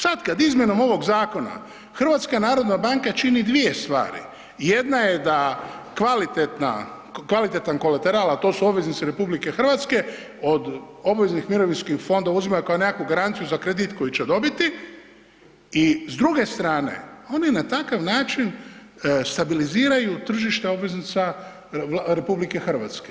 Sad kad izmjenom ovog zakona HNB čini dvije stvari, jedna je da kvalitetan kolateral, a to su obveznice RH, od obaveznih mirovinskih fondova uzimaju kao nekakvu garanciju za kredit koji će dobiti, i s druge strane, oni na takav način stabiliziraju tržište obveznica RH.